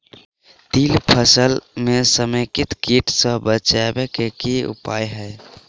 तिल फसल म समेकित कीट सँ बचाबै केँ की उपाय हय?